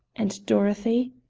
and dorothy?